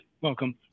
welcome